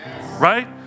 right